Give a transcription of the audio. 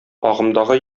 агымдагы